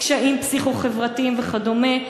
קשיים פסיכו-חברתיים וכדומה.